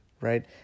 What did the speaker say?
Right